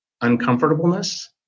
uncomfortableness